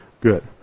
good